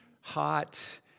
hot